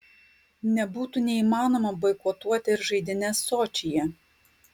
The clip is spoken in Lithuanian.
nebūtų neįmanoma boikotuoti ir žaidynes sočyje